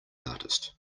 artist